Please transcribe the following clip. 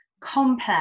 complex